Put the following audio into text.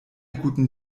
guten